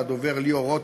לדובר ליאור רותם,